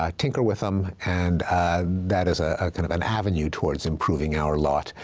ah tinker with them, and that is ah kind of an avenue towards improving our lot,